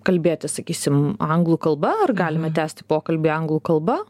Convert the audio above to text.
kalbėti sakysim anglų kalba ar galime tęsti pokalbį anglų kalba